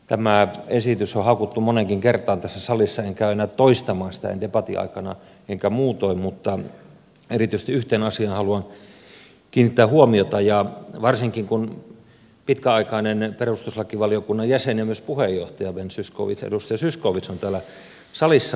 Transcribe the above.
tämä esitys on haukuttu moneenkin kertaan tässä salissa enkä käy enää toistamaan sitä en debatin aikana enkä muutoin mutta erityisesti yhteen asiaan haluan kiinnittää huomiota ja varsinkin kun pitkäaikainen perustuslakivaliokunnan jäsen ja myös puheenjohtaja edustaja zyskowicz on täällä salissa